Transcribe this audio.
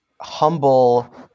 humble